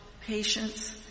patience